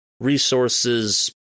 resources